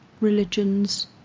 religions